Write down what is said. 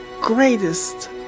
greatest